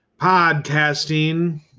Podcasting